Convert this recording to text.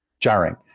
jarring